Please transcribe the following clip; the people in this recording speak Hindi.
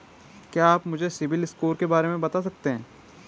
क्या आप मुझे सिबिल स्कोर के बारे में बता सकते हैं?